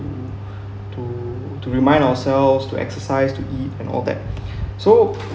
to to remind ourselves to exercise to eat and all that so